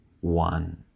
one